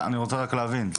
אני רוצה רק להבין.